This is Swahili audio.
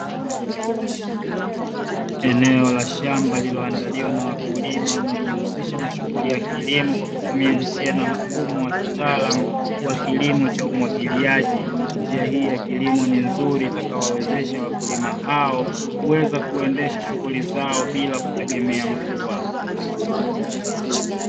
Eneo la shamba lililoandaliwa na wakulima wanaojiusisha na shuhulli ya kilimo cha kutumia njia na mfumo wa kitaalamu wa kilimo cha umwagiliaji, njia hii ya kilimo ni nzuri itakayowawezesha wakulima hao kuweza kuendesha shuhuli zao bila kutegemea mvua.